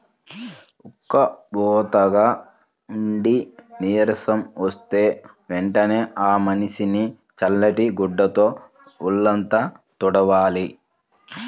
ఉక్కబోతగా ఉండి నీరసం వస్తే వెంటనే ఆ మనిషిని చల్లటి గుడ్డతో వొళ్ళంతా తుడవాలి